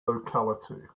locality